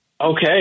Okay